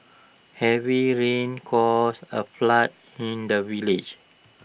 heavy rains caused A flood in the village